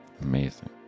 Amazing